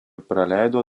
praleido